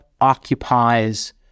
occupies